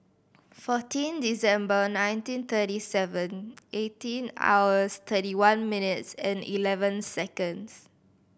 fourteen December nineteen thirty seven eighteen hours thirty one minutes and eleven seconds